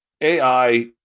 AI